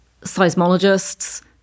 seismologists